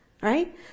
right